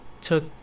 took